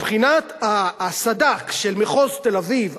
מבחינת הסד"כ של מחוז תל-אביב,